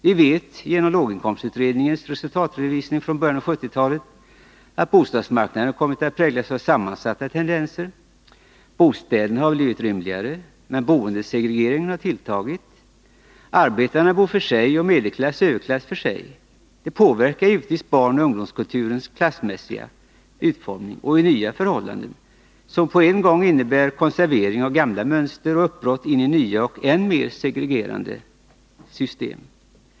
Vi vet genom låginkomstutredningens resultatredovisning från början av 1970-talet, att bostadsmarknaden kommit att präglas av sammansatta tendenser. Bostäderna har blivit rymligare, men boendesegregeringen har tilltagit. Arbetare bor för sig och medelklass/överklass för sig. Det påverkar givetvis barnoch ungdomskulturens klassmässiga utformning och skapar nya förhållanden, som på en gång innebär konservering av gamla mönster och uppbrott in i nya och än mer segregerande system.